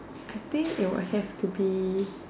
I think it would have to be